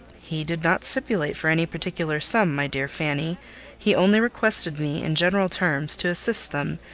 he did not stipulate for any particular sum, my dear fanny he only requested me, in general terms, to assist them,